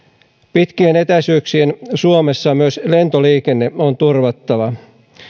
pitkien etäisyyksien suomessa myös lentoliikenne on turvattava